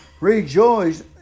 rejoice